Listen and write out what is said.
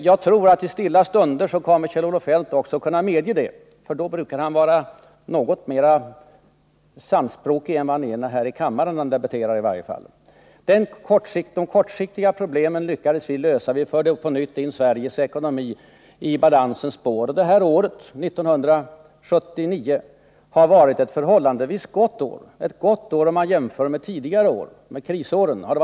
Jag tror att Kjell-Olof Feldt också kommer att kunna medge det i stilla stunder, för då brukar han vara något mera sannfärdig än han är när han debatterar här i kammaren. Den tidigare trepartiregeringen förde på nytt in Sveriges ekonomi i balansens spår. 1979 har varit ett förhållandevis gott år, om man jämför med krisåren.